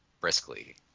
briskly